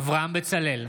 אברהם בצלאל,